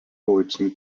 palaipsniui